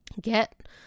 get